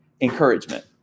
Encouragement